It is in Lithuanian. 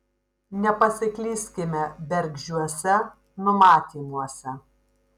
nepasiklyskime bergždžiuose numatymuose